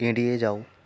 এড়িয়ে যাও